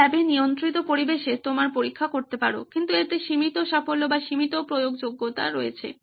তুমি ল্যাবে নিয়ন্ত্রিত পরিবেশে তোমার পরীক্ষা করতে পারো কিন্তু এতে সীমিত সাফল্য বা সীমিত প্রয়োগযোগ্যতা রয়েছে